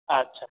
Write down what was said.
ଆଚ୍ଛା